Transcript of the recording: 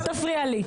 תודה, אל תפריע לי.